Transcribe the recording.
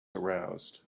aroused